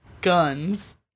guns